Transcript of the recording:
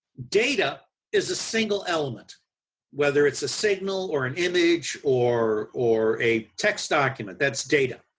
data is a single element whether it's a signal or an image or or a text document, that's data.